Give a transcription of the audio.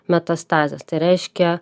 metastazės tai reiškia